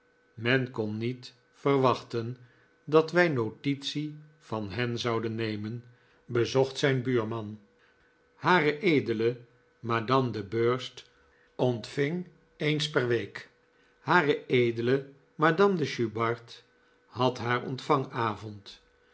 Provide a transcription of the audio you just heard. men kon niet verwachten dat wij notitie van hen zouden nemen bezocht zijn buurman h e madame de burst ontving eens per week h e madame de schnurrbart had haar